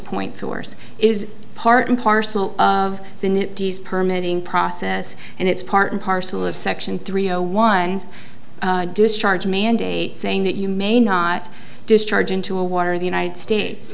point source is part and parcel of the d's permit in process and it's part and parcel of section three zero one discharge mandate saying that you may not discharge into a water the united states